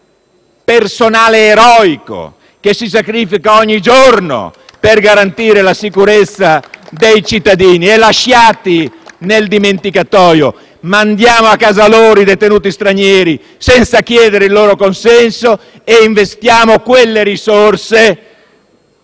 personale eroico che si sacrifica ogni giorno per garantire la sicurezza dei cittadini, lasciati nel dimenticatoio. *(Applausi dal Gruppo FdI)*. Mandiamo a casa loro, dunque, i detenuti stranieri senza chiedere il loro consenso e investiamo quelle risorse